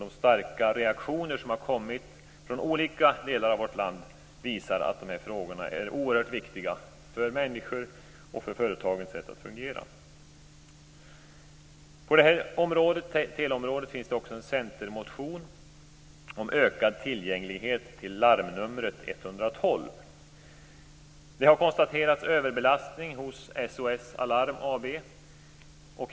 De starka reaktioner som har kommit från olika delar av vårt land visar att de här frågorna är oerhört viktiga för människorna och för företagens sätt att fungera. På det här området, teleområdet, finns det också en centermotion om ökad tillgänglighet till larmnumret 112. Det har konstaterats överbelastning hos SOS Alarm AB.